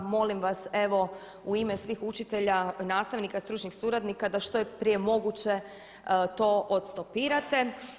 Molim vas evo u ime svih učitelja, nastavnika, stručnih suradnika da što je prije moguće to odstopirate.